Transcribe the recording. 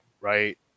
right